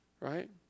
right